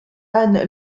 anne